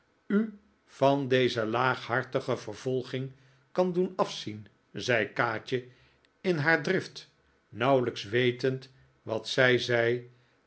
u van deze laaghartige vervolging kan dpen afzien zei kaatje in haar drift nauwelijks wetend wat zij zei